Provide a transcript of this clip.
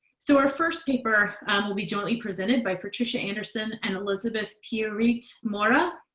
so our first paper will be jointly presented by patricia anderson and elisabeth pierite-mora.